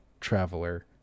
traveler